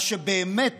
מה שבאמת